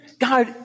God